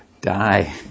die